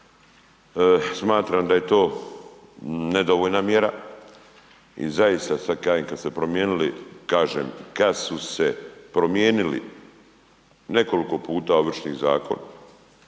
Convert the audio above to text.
smatram da je to nedovoljna mjera i zaista kada ste promijenili, kažem kada su se promijenili Ovršni zakon